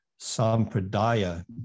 sampradaya